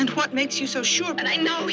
and what makes you so sure and i know